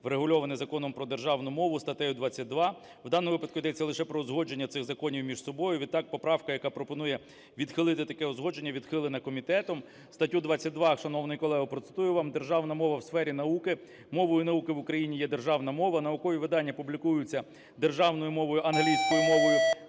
врегульоване Законом про державну мову, статтею 22. В даному випадку йдеться лише про узгодження цих законів між собою, відтак поправка, яка пропонує відхилити таке узгодження, відхилена комітетом. Статтю 22, шановний колего, процитую вам: "Державна мова в сфері науки. Мовою науки в Україні є державна мова. Наукові видання публікуються державною мовою, англійською мовою